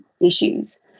issues